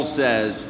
says